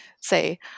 say